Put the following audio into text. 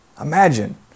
Imagine